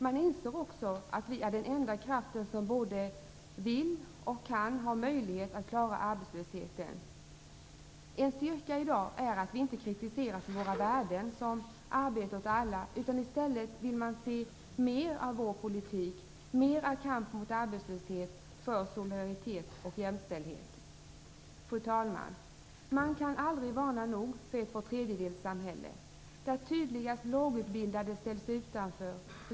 Man inser också att vi är den enda kraften som vill, kan och har möjlighet att klara arbetslösheten. En styrka i dag är att vi inte kritiseras för våra värden, som "arbete åt alla", i stället vill man se mer av vår politik, mer av kamp mot arbetslöshet, för solidaritet och jämställdhet. Fru talman! Man kan aldrig varna nog för ett tvåtredjedelssamhälle. Där är det tydligast att lågutbildade ställs utanför.